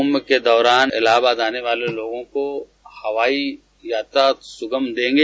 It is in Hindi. कुंभ के दौरान इलाहाबाद आने वाले लोगों को हवाई यात्रा सुगम देंगे